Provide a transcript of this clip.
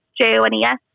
J-O-N-E-S